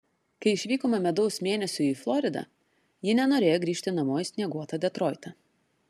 kai išvykome medaus mėnesiui į floridą ji nenorėjo grįžti namo į snieguotą detroitą